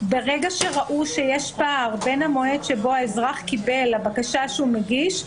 ברגע שראו שיש פער בין המועד שבו האזרח קיבל את ההודעה לבקשה שהוא מגיש,